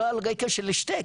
לא על רקע של השתק,